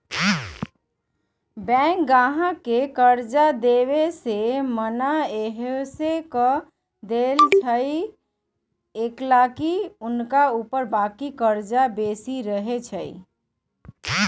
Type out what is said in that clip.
bank गाहक के कर्जा देबऐ से मना सएहो कऽ देएय छइ कएलाकि हुनका ऊपर बाकी कर्जा बेशी रहै छइ